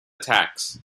attacks